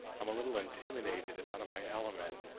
i'm a little intimidated and out of my element.